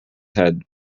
head